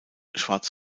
schwarz